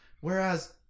Whereas